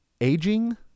aging